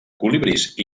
colibrís